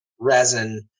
resin